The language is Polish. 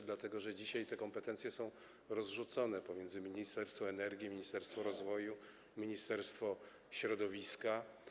Dzisiaj te kompetencje są rozrzucone pomiędzy Ministerstwo Energii, Ministerstwo Rozwoju i Ministerstwo Środowiska.